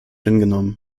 hingenommen